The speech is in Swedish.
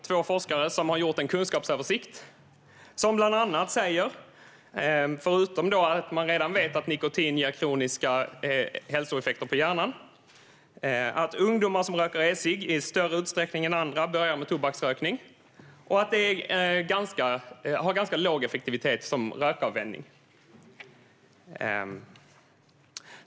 Två forskare där har gjort en kunskapsöversikt, som bland annat säger, förutom att man redan vet att nikotin har kroniska hälsoeffekter på hjärnan, att ungdomar som röker e-cigg i större utsträckning än andra börjar med tobaksrökning och att det har ganska låg effektivitet som rökavvänjning.